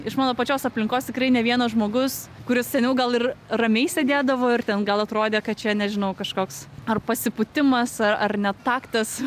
iš mano pačios aplinkos tikrai ne vienas žmogus kuris seniau gal ir ramiai sėdėdavo ir ten gal atrodė kad čia nežinau kažkoks ar pasipūtimas ar ar netaktas